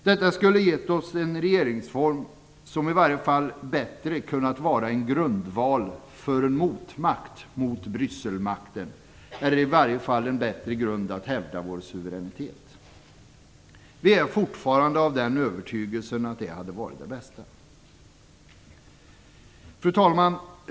Detta skulle ha gett oss en regeringsform som i varje fall bättre hade kunnat vara en grundval för en motmakt till Brysselmakten, eller åtminstone en bättre grund för att hävda vår suveränitet. Vi är fortfarande av den övertygelsen att det hade varit det bästa. Fru talman!